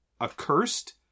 accursed